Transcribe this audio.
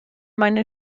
meine